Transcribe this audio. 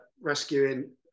rescuing